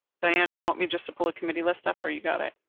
diana, you want me just to pull a committee list up, or you got it.